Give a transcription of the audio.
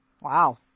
Wow